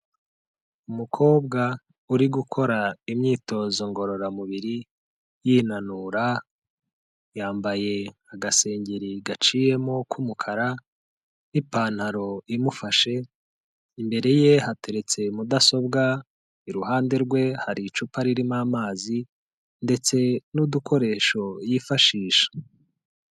Umukobwa uri gukora imyitozo ngororamubiri yinanura, yambaye agasengeri gaciyemo k'umukara n'ipantaro imufashe, imbere ye hateretse mudasobwa, iruhande rwe hari icupa ririmo amazi ndetse n'udukoresho yifashisha.